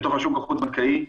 בתוך השוק החוץ בנקאי,